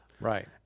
Right